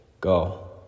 go